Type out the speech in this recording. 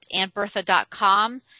AuntBertha.com